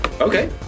Okay